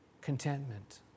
contentment